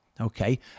Okay